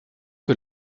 que